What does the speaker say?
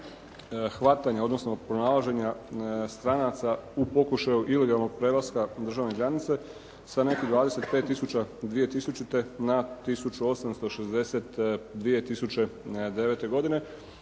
hvatanja, odnosno pronalaženja stranaca u pokušaju ilegalnog prelaska državne granice sa nekih 25000 dvije